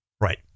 right